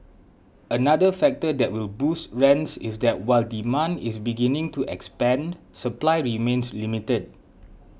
another factor that will boost rents is that while demand is beginning to expand supply remains limited